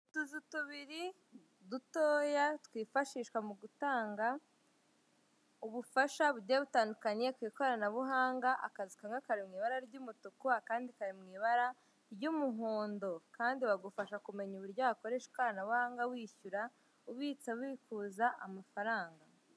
Utuzu tubiri dutoya twifashishwa mu gutanga ubufasha bugiye butandukanye ku ikoranabuhanga, akazu kamwe kari mu ibara ry'umutuku akandi kari mu ibara ry'umuhondo, kandi bagufasha kumenya uburyo wakoresha ikoranabuhanga wishyura, ubitsa, ubikuza amafaranga.